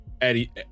Eddie